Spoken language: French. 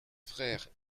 frère